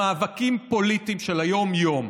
במאבקים פוליטיים של היום-יום.